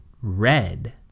red